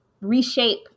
reshape